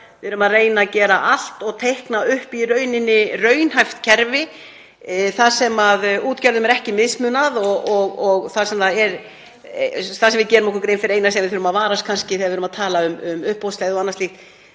Við erum að reyna að gera allt og teikna upp raunhæft kerfi þar sem útgerðum er ekki mismunað. Við verðum að gera okkur grein fyrir því sem við þurfum að varast þegar við erum að tala um uppboðsleið og annað slíkt,